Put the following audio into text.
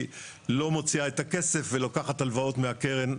היא לא מוציאה את הכסף, ולוקחת הלוואות מהקרן.